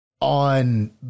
on